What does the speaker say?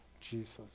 Jesus